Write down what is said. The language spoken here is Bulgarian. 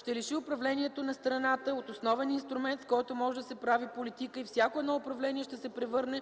ще лиши управлението на страната от основен инструмент, с който може да се прави политика и всяко едно управление ще се превърне